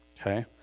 Okay